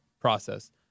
process